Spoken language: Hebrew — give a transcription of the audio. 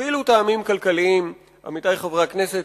אפילו טעמים כלכליים, עמיתי חברי הכנסת,